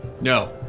No